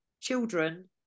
children